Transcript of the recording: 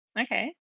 Okay